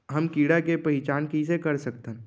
हम कीड़ा के पहिचान कईसे कर सकथन